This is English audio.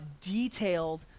detailed